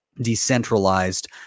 decentralized